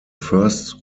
first